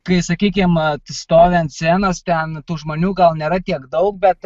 kai sakykim tu stovi ant scenos ten tų žmonių gal nėra tiek daug bet